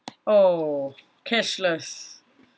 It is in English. oh cashless